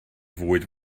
fwyd